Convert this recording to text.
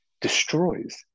destroys